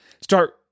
start